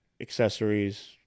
accessories